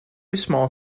small